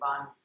on